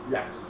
Yes